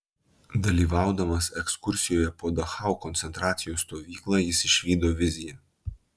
dalyvaudamas ekskursijoje po dachau koncentracijos stovyklą jis išvydo viziją